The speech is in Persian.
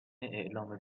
اعلام